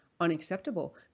unacceptable